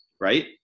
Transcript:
right